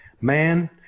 Man